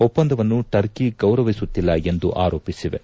ಒಪ್ಪಂದವನ್ನು ಟರ್ಕಿ ಗೌರವಿಸುತ್ತಿಲ್ಲ ಎಂದು ಆರೋಪಿಸಿವೆ